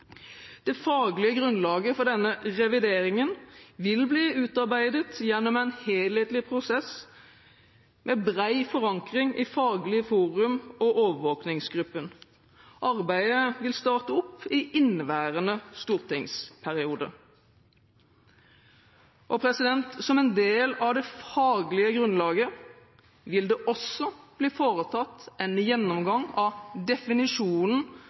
Det faglige grunnlaget for denne revideringen vil bli utarbeidet gjennom en helhetlig prosess med bred forankring i Faglig forum og Overvåkingsgruppen. Arbeidet vil starte opp i inneværende stortingsperiode. Som en del av det faglige grunnlaget vil det også bli foretatt en gjennomgang av definisjonen